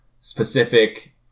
specific